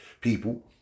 people